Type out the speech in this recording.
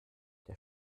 der